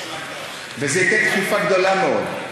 וזה ייתן דחיפה גדולה מאוד.